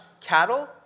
cattle